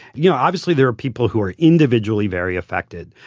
you know obviously, there are people who are individually very affected,